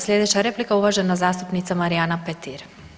Slijedeća replika uvažena zastupnica Marijana Petir.